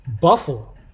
Buffalo